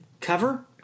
cover